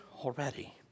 already